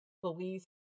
police